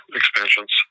expansions